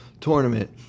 tournament